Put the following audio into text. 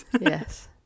Yes